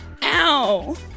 Ow